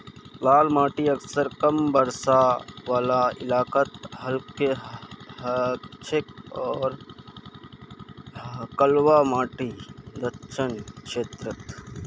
लाल माटी अक्सर कम बरसा वाला इलाकात हछेक आर कलवा माटी दक्कण क्षेत्रत